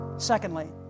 Secondly